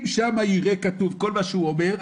אם שם כתוב כל מה שהוא אומר,